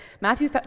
Matthew